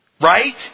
Right